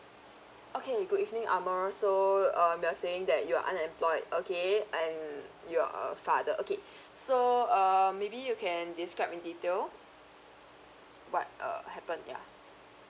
okay good evening amar so um you are saying that you're unemployed okay and you're a father okay so err maybe you can describe in detail what uh happened yeah